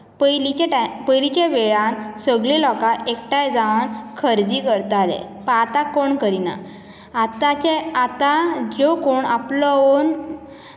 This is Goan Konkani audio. पयलीच्या टायम पयलीच्या वेळान सगली लोकां एकठाय जावन खरेदी करताले पण आतां कोण करीना आताचे आतां जे कोण आपलो ओन